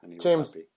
James